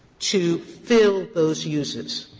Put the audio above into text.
to fill those uses.